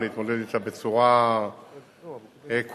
ולהתמודד בצורה כוללת,